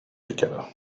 together